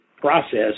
process